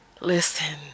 Listen